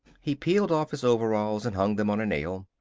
he peeled off his overalls and hung them on a nail.